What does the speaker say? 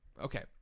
Okay